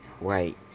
right